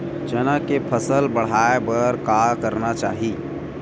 चना के फसल बढ़ाय बर का करना चाही?